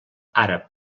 àrab